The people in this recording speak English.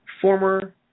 former